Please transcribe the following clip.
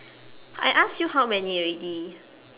I ask you how many already